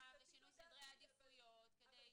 ושינוי סדרי העדיפויות כדי --- שיטתית,